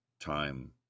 time